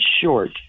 short